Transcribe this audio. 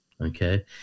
okay